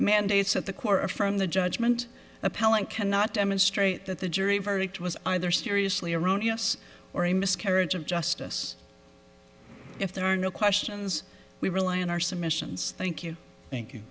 mandates at the core a from the judgment appellant cannot demonstrate that the jury verdict was either seriously erroneous or a miscarriage of justice if there are no questions we rely on our submissions thank you thank you